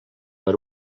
per